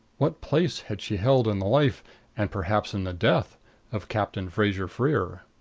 what place had she held in the life and perhaps in the death of captain fraser-freer?